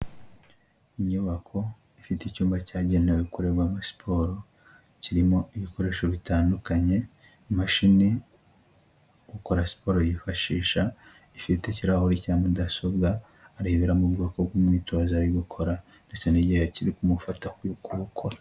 Inyubako ifite icyumba cyagenewe gukorerwamo siporo kirimo ibikoresho bitandukanye, imashini ukora siporo yifashisha ifite ikirahuri cya mudasobwa areberamo ubwoko bw'umwitozo ari gukora ndetse n'igihe kiri kumufata ku kuwukora.